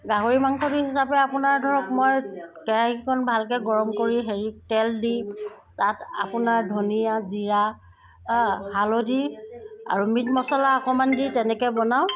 গাহৰি মাংসটো হিচাপে আপোনাৰ ধৰক মই কেৰাহিখন ভালকৈ গৰম কৰি হেৰি তেল দি তাত আপোনাৰ ধনিয়া জীৰা হালধি আৰু মিট মচলা অকণমান দি তেনেকৈ বনাওঁ